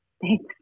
Thanks